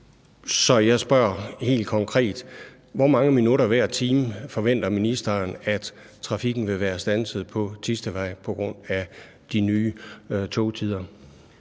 Så jeg spørger helt konkret: Hvor mange minutter hver time forventer ministeren at trafikken vil være standset på Thistedvej på grund af de nye togtider?